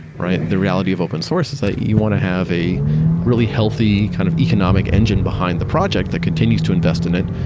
right? the reality of open source is that you want to have a really healthy kind of economic engine behind the project that continues to invest in it,